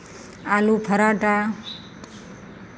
आलू पराठा